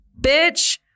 Bitch